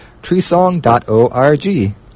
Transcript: treesong.org